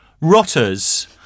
rotters